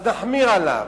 אז נחמיר אתו,